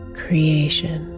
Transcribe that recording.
creation